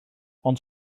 ond